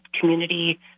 community